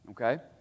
okay